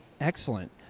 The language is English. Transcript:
Excellent